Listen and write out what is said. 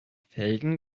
felgen